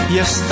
Yes